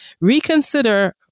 reconsider